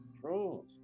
Trolls